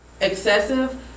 excessive